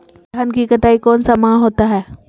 धान की कटाई कौन सा माह होता है?